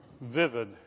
vivid